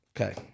Okay